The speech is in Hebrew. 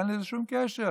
אין לזה שום קשר.